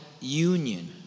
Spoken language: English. union